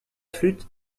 flûte